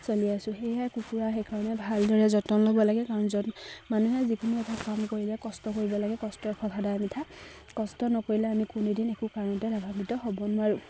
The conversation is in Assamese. চলি আছোঁ সেয়েহে কুকুৰা সেইকাৰণে ভালদৰে যতন ল'ব লাগে কাৰণ মানুহে যিকোনো এখন কৰিলে কষ্ট কৰিব লাগে আমি কোনোদিন একো কাৰণতে লাভাৱিত হ'ব নোৱাৰোঁ